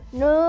no